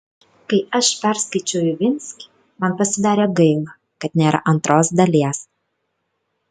kai aš perskaičiau ivinskį man pasidarė gaila kad nėra antros dalies